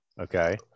okay